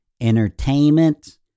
entertainment